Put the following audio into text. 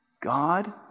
God